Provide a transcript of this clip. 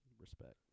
Respect